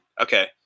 okay